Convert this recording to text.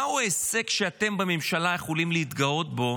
מהו ההישג שאתם בממשלה יכולים להתגאות בו